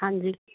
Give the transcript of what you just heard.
ਹਾਂਜੀ